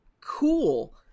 cool